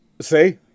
See